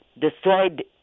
destroyed